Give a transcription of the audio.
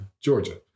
Georgia